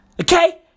okay